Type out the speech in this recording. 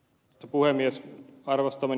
arvostamani ed